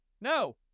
No